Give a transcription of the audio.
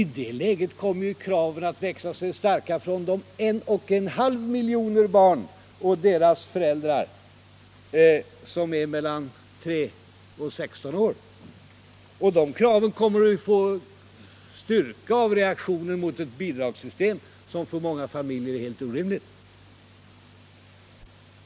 I det läget kommer kraven att växa starka på en kraftig förbättring av kontantstöden för de 1 1/2 miljon barn som är mellan 3 och 16 år. De kraven kommer att få ökad styrka av reaktionen mot ett bidragssystem, som ur många enskilda familjers synpunkter ter sig helt orimligt.